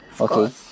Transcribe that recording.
okay